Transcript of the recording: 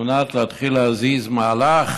על מנת להתחיל להזיז מהלך